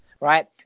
Right